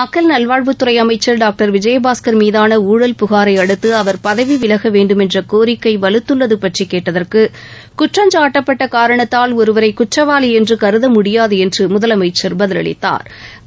மக்கள் நல்வாழ்வுத்துறை அமைச்சர் டாக்டர் விஜயபாஸ்கர் மீதான ஊழல் புகாரை அடுத்து அவர் பதவி விலக வேண்டுமென்ற கோரிக்கை வலுத்துள்ளது பற்றி கேட்டதற்கு குற்றம்சாட்டப்பட்ட காரணத்தால் ஒருவரை குற்றவாளி என்று கருத முடியாது என்று முதலமைச்சா் பதிலளித்தாா்